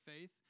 faith